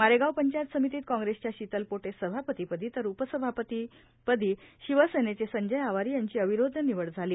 मारेगांव पंचायत समितीत काँग्रेसच्या शितल पोटे सभापती पदी तर उपसाभापती पदी शिवसेनेचे संजय आवारी यांची अविरोध निवड झाली